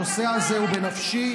הנושא הזה הוא בנפשי,